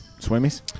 Swimmies